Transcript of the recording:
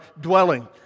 dwelling